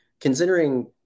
considering